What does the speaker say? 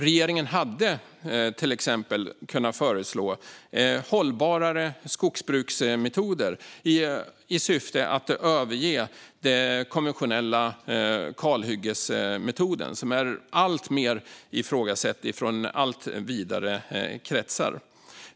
Regeringen hade till exempel kunnat föreslå mer hållbara skogsbruksmetoder i syfte att överge den konventionella kalhyggesmetoden, som är alltmer ifrågasatt av allt vidare kretsar.